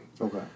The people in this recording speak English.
Okay